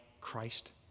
Christ